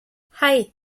hei